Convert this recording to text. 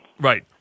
right